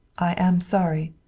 i am sorry.